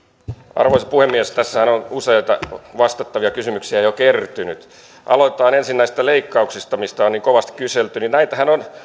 arvoisa puhemies tässähän on useita vastattavia kysymyksiä jo kertynyt aloitetaan ensin näistä leikkauksista mistä on niin kovasti kyselty näitähän on